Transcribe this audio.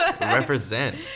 represent